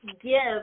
give